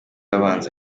abanza